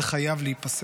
זה חייב להיפסק.